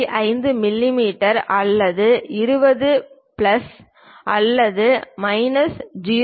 5 மிமீ அல்லது 20 பிளஸ் அல்லது மைனஸ் 0